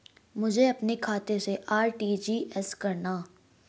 मुझे अपने खाते से आर.टी.जी.एस करना?